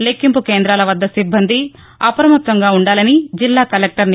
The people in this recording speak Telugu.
లెక్కింపు కేంద్రాల వద్ద సిబ్బంది అప్రమత్తంగా ఉండాలని జిల్లా కలెక్టర్ జె